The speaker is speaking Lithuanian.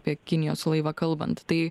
apie kinijos laivą kalbant tai